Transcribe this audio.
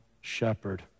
shepherd